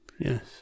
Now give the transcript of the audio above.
Yes